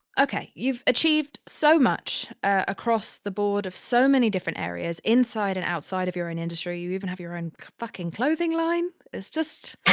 ok, you've achieved so much across the board of so many different areas inside and outside of your own industry, you even have your own fucking clothing line. it's just,